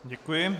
Děkuji.